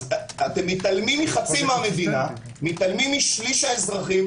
אתם מתעלמים מחצי מהמדינה, מתעלמים משליש האזרחים.